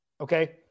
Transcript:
okay